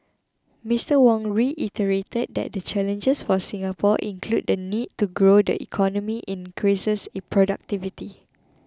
Mr Wong reiterated that the challenges for Singapore include the need to grow the economy and increase its productivity